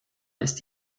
ist